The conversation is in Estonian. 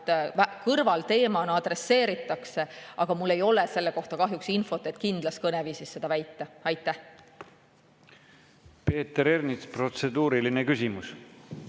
kõrvalteemana adresseeritakse. Aga mul ei ole selle kohta kahjuks infot, et kindlas kõneviisis seda väita. Peeter Ernits, protseduuriline küsimus.